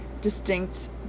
distinct